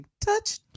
Touch